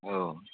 अ